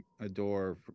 adore